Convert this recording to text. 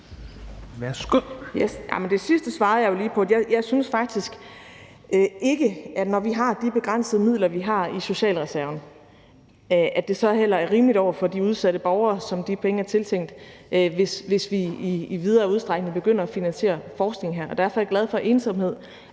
det sidste svarede jeg jo lige på. Jeg synes faktisk, at når vi har de begrænsede midler, vi har i socialreserven, så er det heller ikke rimeligt over for de udsatte borgere, som de penge er tiltænkt, hvis vi i videre udstrækning begynder at finansiere forskning her. Og derfor er jeg glad for, at ensomhed